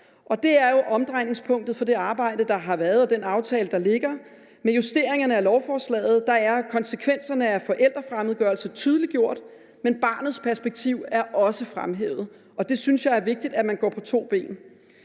Det er jo omdrejningspunktet for det arbejde, der har været, og den aftale, der ligger. Med justeringerne af lovforslaget er konsekvenserne af forældrefremmedgørelse tydeliggjort, men barnets perspektiv er også fremhævet, og jeg synes, at det er vigtigt, at man går på to ben.